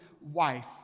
wife